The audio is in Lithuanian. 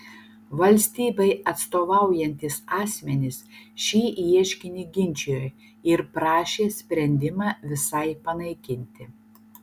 valstybei atstovaujantys asmenys šį ieškinį ginčijo ir prašė sprendimą visai panaikinti